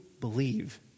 believe